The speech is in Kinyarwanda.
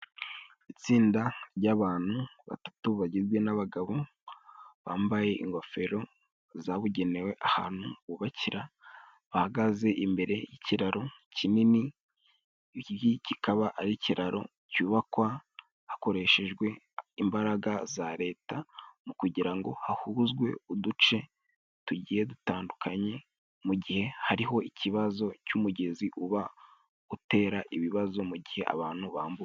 Itsinda ry'abantu batatu bagizwe n'abagabo bambaye ingofero zabugenewe ahantu bubakira, bahagaze imbere y'ikiraro kinini. Iki ng'iki kikaba ari ikiraro cyubakwa hakoreshejwe imbaraga za leta mu kugira ngo hahuzwe uduce tugiye dutandukanye mu gihe hariho ikibazo cy'umugezi uba utera ibibazo mu gihe abantu bambuka.